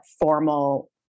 formal